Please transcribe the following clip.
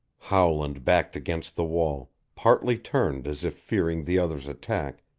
howland backed against the wall, partly turned as if fearing the other's attack,